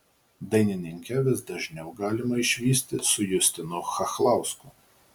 dainininkę vis dažniau galima išvysti su justinu chachlausku